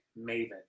maven